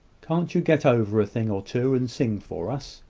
can't you get over a thing or two, and sing for us?